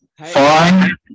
Fine